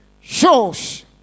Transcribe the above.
shows